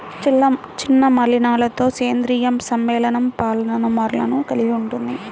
చిన్న మలినాలతోసేంద్రీయ సమ్మేళనంపాలిమర్లను కలిగి ఉంటుంది